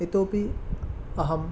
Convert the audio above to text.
इतोऽपि अहं